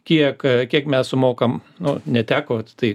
kiek kiek mes sumokam nu neteko vat tai